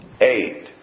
eight